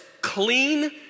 clean